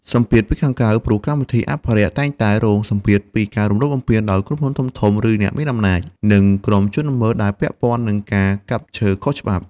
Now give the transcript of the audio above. សម្ពាធពីខាងក្រៅ ព្រោះកម្មវិធីអភិរក្សតែងតែរងសម្ពាធពីការរំលោភបំពានដោយក្រុមហ៊ុនធំៗ ឬអ្នកមានអំណាច និងក្រុមជនល្មើសដែលពាក់ព័ន្ធនឹងការកាប់ឈើខុសច្បាប់។